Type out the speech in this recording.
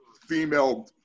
female